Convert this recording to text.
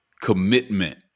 commitment